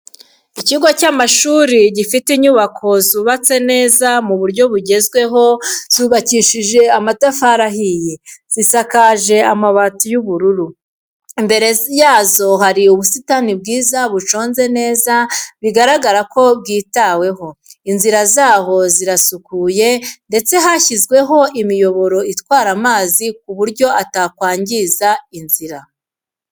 Ikigo cy'amashuri gifite inyubako zubatse neza mu buryo bugezweho zubakishije amatafari ahiye, zisakaje amabati y'ubururu, imbere yazo hari ubusitani bwiza buconze neza bigaragara ko bwitabwaho, inzira zaho zirasukuye ndetse hashyizweho imiyoboro itwara amazi ku buryo atakwangiza inzira.